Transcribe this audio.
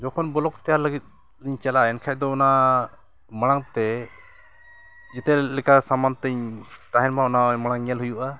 ᱡᱚᱠᱷᱚᱱ ᱵᱞᱚᱜᱽ ᱛᱮᱭᱟᱨ ᱞᱟᱹᱜᱤᱫ ᱤᱧ ᱪᱟᱞᱟᱜᱼᱟ ᱮᱱᱠᱷᱟᱡ ᱫᱚ ᱚᱱᱟ ᱢᱟᱲᱟᱝ ᱛᱮ ᱡᱷᱚᱛᱚᱣᱟ ᱞᱮᱠᱟᱱ ᱥᱟᱢᱟᱱ ᱛᱤᱧ ᱛᱟᱦᱮᱱ ᱢᱟ ᱚᱱᱟ ᱢᱟᱲᱟᱝ ᱧᱮᱞ ᱦᱩᱭᱩᱜᱼᱟ